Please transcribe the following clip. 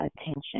attention